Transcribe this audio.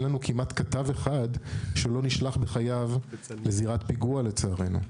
אין לנו כמעט כתב אחד שלא נשלח בחייו לזירת פיגוע לצערנו.